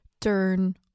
turn